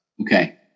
Okay